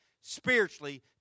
spiritually